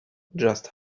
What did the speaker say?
just